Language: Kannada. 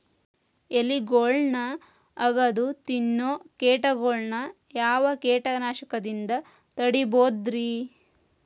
ಎಲಿಗೊಳ್ನ ಅಗದು ತಿನ್ನೋ ಕೇಟಗೊಳ್ನ ಯಾವ ಕೇಟನಾಶಕದಿಂದ ತಡಿಬೋದ್ ರಿ?